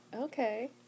Okay